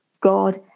God